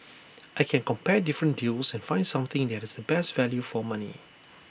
I can compare different deals and find something that has the best value for money